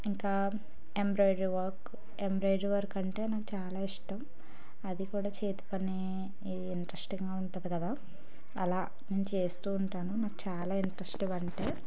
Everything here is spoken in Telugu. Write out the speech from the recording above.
ఇంకా ఎంబ్రాయిడరీ వర్క్ ఎంబ్రాయిడరీ వర్క్ అంటే నాకు చాలా ఇష్టం అది కూడా చేతి పని ఇది ఇంట్రెస్టింగ్గా ఉంటుంది కదా అలా నేను చేస్తూ ఉంటాను నాకు చాలా ఇంట్రస్ట్ ఇది అంటే